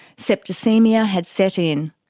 septicaemia had set in.